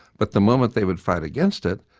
but the moment they would fight against it,